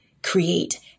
create